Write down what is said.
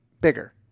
bigger